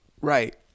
right